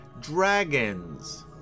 dragons